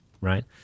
right